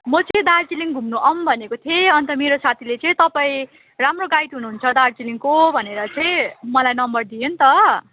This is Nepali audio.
म चाहिँ दार्जिलिङ घुम्नु आऊँ भनेको थिएँ अन्त मेरो साथीले चाहिँ तपाईँ राम्रो गाइड हुनु हुन्छ दार्जिलिङको भनेर चाहिँ मलाई नम्बर दियो अन्त